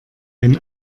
wenn